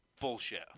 Bullshit